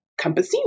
campesino